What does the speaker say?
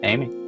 Amy